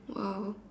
!wow!